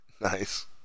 Nice